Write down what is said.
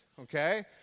okay